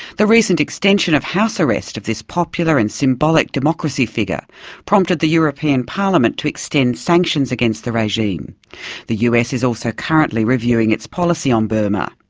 the recent extension of house arrest of this popular and symbolic democracy figure prompted the european parliament to extend sanctions against the regime the us is also currently reviewing its policy on burma.